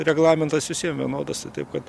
reglamentas visiem vienodas tai taip kad